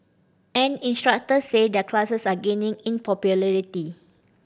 and instructors say their classes are gaining in popularity